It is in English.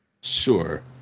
Sure